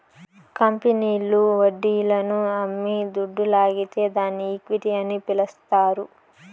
కంపెనీల్లు వడ్డీలను అమ్మి దుడ్డు లాగితే దాన్ని ఈక్విటీ అని పిలస్తారు